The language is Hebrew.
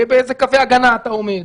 ובאיזה קווי הגנה אתה עומד.